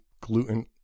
gluten